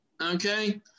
okay